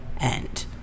end